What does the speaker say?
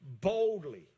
boldly